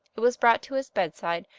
it was brought to his bedside,